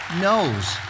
knows